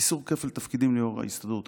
איסור כפל תפקידים ליו"ר ההסתדרות.